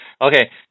Okay